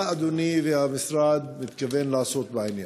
מה אדוני, והמשרד, מתכוון לעשות בעניין?